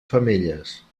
femelles